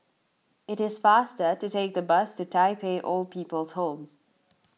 it is faster to take the bus to Tai Pei Old People's Home